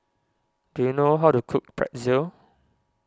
do you know how to cook Pretzel